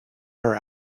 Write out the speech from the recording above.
her